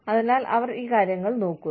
അതിനാൽ അവർ ഈ കാര്യങ്ങൾ നോക്കുന്നു